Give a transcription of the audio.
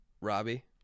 Robbie